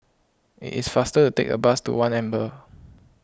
it is faster to take the bus to one Amber